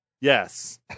Yes